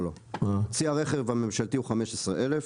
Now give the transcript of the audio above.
צי הרכב הממשלתי הוא 15,000,